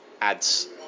Adds